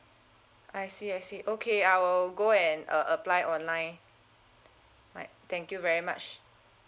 I see I see okay I will go and uh apply online right thank you very much